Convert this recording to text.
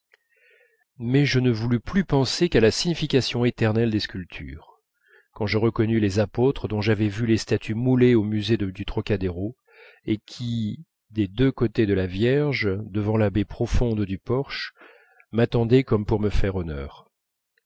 mais je ne voulus plus penser qu'à la signification éternelle des sculptures quand je reconnus les apôtres dont j'avais vu les statues moulées au musée du trocadéro et qui des deux côtés de la vierge devant la baie profonde du porche m'attendaient comme pour me faire honneur